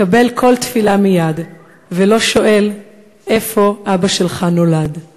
המקבילה של "הילד הזה הוא אני",